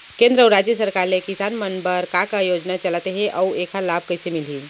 केंद्र अऊ राज्य सरकार ले किसान मन बर का का योजना चलत हे अऊ एखर लाभ कइसे मिलही?